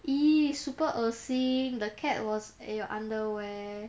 !ee! super 恶心 the cat was at your underwear